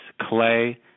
Clay